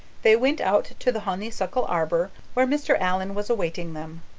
they went out to the honeysuckle arbor, where mr. allan was awaiting them.